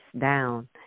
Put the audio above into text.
down